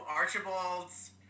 Archibald's